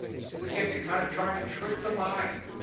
this is again, you're kinda trying to trick the mind.